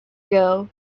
ago